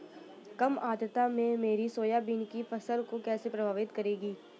कम आर्द्रता मेरी सोयाबीन की फसल को कैसे प्रभावित करेगी?